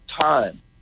time